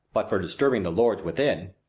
but for disturbing the lords within.